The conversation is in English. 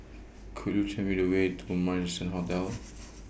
Could YOU Tell Me The Way to Marrison Hotel